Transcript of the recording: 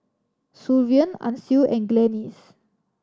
Sullivan Ancil and Glennis